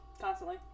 Constantly